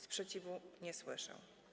Sprzeciwu nie słyszę.